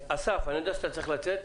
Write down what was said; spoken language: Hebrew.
אסף, אני יודע שאתה צריך לצאת.